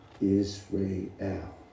Israel